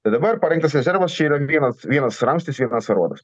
tai dabar parengtas rezervas čia yra vienas vienas ramstis vienas aruodas